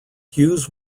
hughes